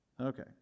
Okay